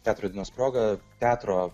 teatro dienos proga teatro